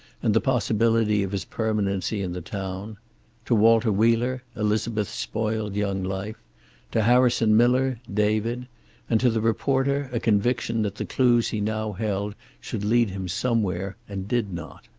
and the possibility of his permanency in the town to walter wheeler, elizabeth's spoiled young life to harrison miller, david and to the reporter a conviction that the clues he now held should lead him somewhere, and did not.